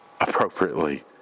appropriately